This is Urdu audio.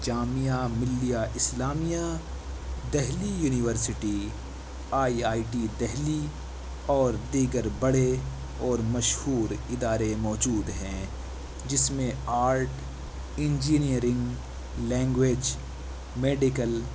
Jamia Millia Islamia Delhi university I I T Delhi اور دیگر بڑے اور مشہور ادارے موجود ہیں جس میں آرٹ انجینئرنگ لینگویج میڈیکل